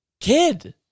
kid